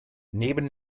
neben